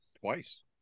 Twice